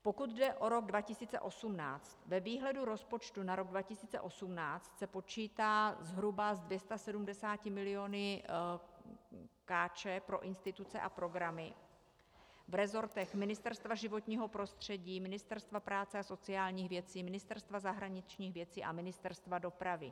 Pokud jde o rok 2018, ve výhledu rozpočtu na rok 2018 se počítá zhruba s 270 mil. korun pro instituce a programy v resortech Ministerstva životního prostředí, Ministerstva práce a sociálních věcí, Ministerstva zahraničních věcí a Ministerstva dopravy.